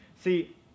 see